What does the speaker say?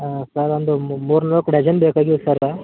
ಹಾಂ ಸರ್ ಒಂದು ಮೂರು ನಾಲ್ಕು ಡಸನ್ ಬೇಕಾಗಿವೆ ಸರ್